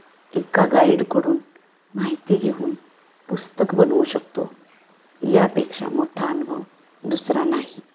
एका गाईडकडून माहिती घेऊन पुस्तक बनवू शकतो यापेक्षा मोठा अनुभव दुसरा नाही